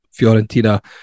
Fiorentina